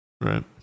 right